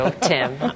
Tim